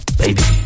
baby